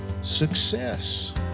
success